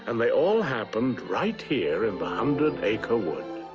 and they all happened right here in the hundred acre wood.